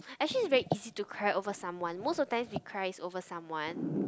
actually is very easy to cry over someone most of the time we cry is over someone